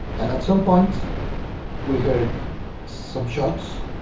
and at some point we heard some shots.